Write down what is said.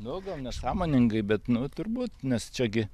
nu gal nesąmoningai bet nu turbūt nes čia gi